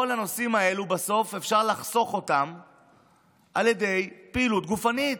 את כל הנושאים האלו בסוף אפשר לחסוך על ידי פעילות גופנית,